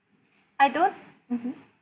I don't mmhmm